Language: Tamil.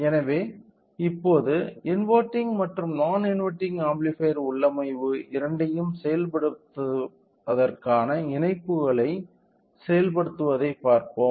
எனவே இப்போது இன்வெர்டிங் மற்றும் நான் இன்வெர்டிங் ஆம்ப்ளிஃபையர் உள்ளமைவு இரண்டையும் செயல்படுத்துவதற்கான இணைப்புகளை செயல்படுத்துவதைப் பார்ப்போம்